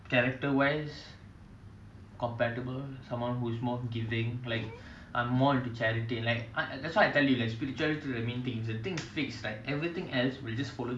it's for me what about me what about me that's the thought instead of just spending one day one day for other people and not expecting anything in return so can't decipher